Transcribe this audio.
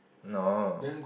no